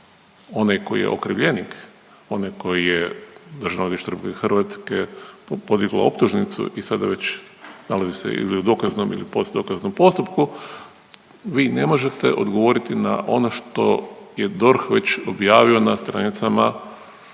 onaj koji je okrivljenik, onaj koji je Državno odvjetništvo RH podiglo optužnicu i sada već nalazi se ili u dokaznom ili postdokaznom postupku vi ne možete odgovoriti na ono što je DORH već objavio na stranicama